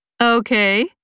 Okay